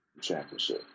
championship